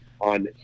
on